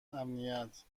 امنیت